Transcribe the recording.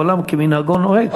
עולם כמנהגו נוהג.